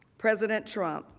president trump